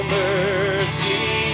mercy